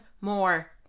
more